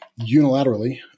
unilaterally